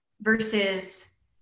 versus